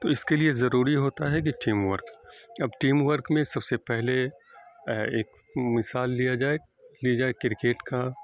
تو اس کے لیے ضروری ہوتا ہے کہ ٹیم ورک اب ٹیم ورک میں سب سے پہلے ایک مثال لیا جائے لی جائے کرکٹ کا